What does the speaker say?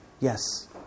yes